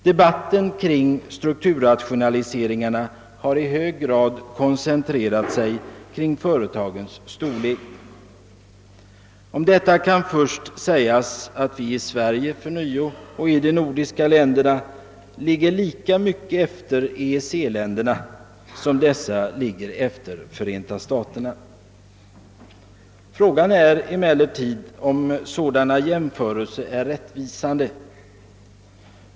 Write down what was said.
Debatten kring strukturrationaliseringarna har i hög grad koncentrerat sig kring företagens storlek. Om detta kan först sägas att vi för närvarande i Sverige och de övriga nordiska länderna ligger lika mycket efter EEC-länderna som dessa ligger efter Förenta staterna. Frågan är emellertid om sådana jämförelser är rättvisande.